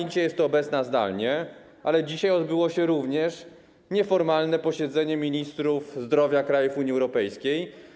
Pani jest tu obecna zdalnie, ale dzisiaj odbyło się również nieformalne posiedzenie ministrów zdrowia krajów Unii Europejskiej.